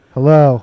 Hello